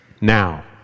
Now